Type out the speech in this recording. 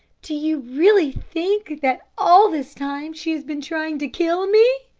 do you really think that all this time she has been trying to kill me?